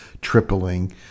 tripling